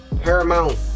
Paramount